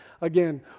Again